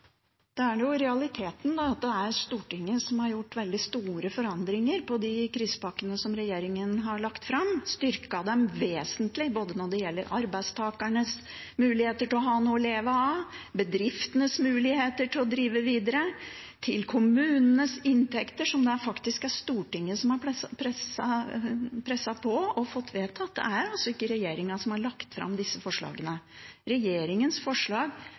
er en realitet at det er Stortinget som har gjort veldig store forandringer i de krisepakkene regjeringen har lagt fram, og styrket dem vesentlig når det gjelder både arbeidstakernes muligheter til å ha noe å leve av, bedriftenes muligheter til å drive videre og kommunenes inntekter – som det faktisk er Stortinget som har presset på for å få vedtatt. Det er altså ikke regjeringen som har lagt fram disse forslagene. Regjeringens forslag